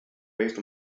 based